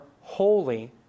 holy